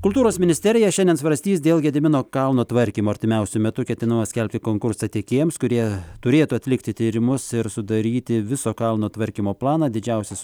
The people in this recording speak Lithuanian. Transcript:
kultūros ministerija šiandien svarstys dėl gedimino kalno tvarkymo artimiausiu metu ketinama skelbti konkursą tiekėjams kurie turėtų atlikti tyrimus ir sudaryti viso kalno tvarkymo planą didžiausią